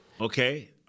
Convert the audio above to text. Okay